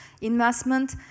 investment